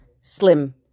slim